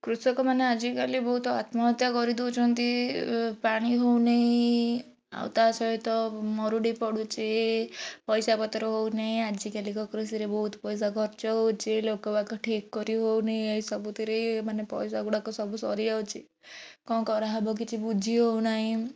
କୃଷକମାନେ ଆଜିକାଲି ବହୁତ ଆତ୍ମହତ୍ୟା କରିଦେଉଛନ୍ତି ପାଣି ହେଉନାହିଁ ଆଉ ତା'ସହିତ ମରୁଡ଼ି ପଡୁଛି ପଇସା ପତ୍ର ହଉନାହିଁ ଆଜିକାଲିକା କୃଷିରେ ବହୁତ ପଇସା ଖର୍ଚ୍ଚ ହେଉଛି ଲୋକ ବାକ ଠିକ କରି ହେଉନି ଏଇ ସବୁଥିରେ ମାନେ ପଇସା ଗୁଡ଼ାକ ସବୁ ସରିଯାଉଛି କ'ଣ କରାହେବ କିଛି ବୁଝି ହେଉନାହିଁ